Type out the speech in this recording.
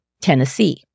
Tennessee